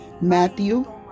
Matthew